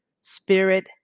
spirit-